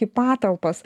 į patalpas